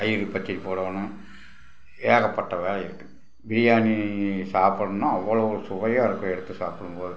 தயிர் பச்சடி போடணும் ஏகப்பட்ட வேலை இருக்குது பிரியாணி சாப்பிட்ணுன்னா அவ்வளோ சுவையாக இருக்கும் எடுத்து சாப்பிடும்போது